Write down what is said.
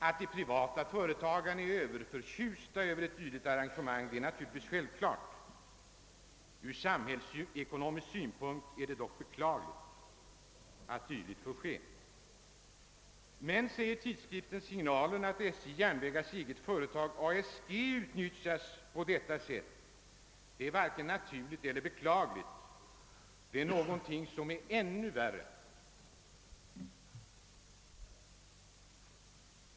Att de privata företagen är överförtjusta över ett dylikt arrangemang är självklart. Ur samhällsekonomisk synpunkt är det beklagligt att dylikt får ske. Men, säger tidskriften Signalen, att SJ:s eget företag ASG utnyttjas på detta sätt är varken naturligt eller beklagligt. Det är någonting ännu värre.